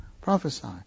prophesy